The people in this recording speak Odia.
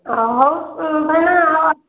ହଉ ଭାଇନା ଆଉ